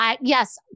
yes